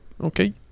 Okay